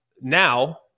now